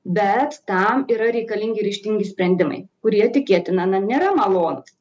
bet tam yra reikalingi ryžtingi sprendimai kurie tikėtina na nėra malonūs